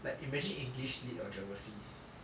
like imagine english lit or geography